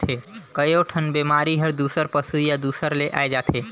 कयोठन बेमारी हर दूसर पसु या दूसर ले आये जाथे